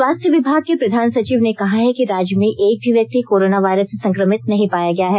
स्वास्थ्य विभाग के प्रधान सचिव ने कहा है कि राज्य में एक भी व्यक्ति कोरोना वायरस से संक्रमित नहीं पाया गया है